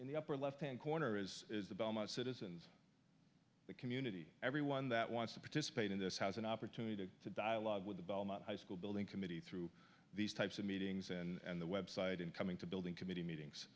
in the upper left hand corner is the belmont citizens the community everyone that wants to participate in this has an opportunity to dialogue with the belmont high school building committee through these types of meetings and the website and coming to building committee meetings